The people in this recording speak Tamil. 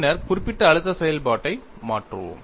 பின்னர் குறிப்பிட்ட அழுத்த செயல்பாட்டை மாற்றுவோம்